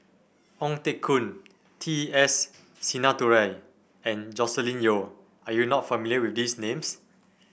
Ong Teng Koon T S Sinnathuray and Joscelin Yeo are you not familiar with these names